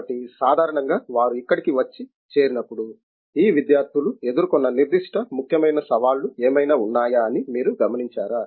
కాబట్టి సాధారణంగా వారు ఇక్కడకి వచ్చి చేరినప్పుడు ఈ విద్యార్థులు ఎదుర్కొన్న నిర్దిష్ట ముఖ్యమైన సవాళ్లు ఏమైనా ఉన్నాయా అని మీరు గమనించారా